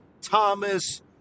Thomas